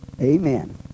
Amen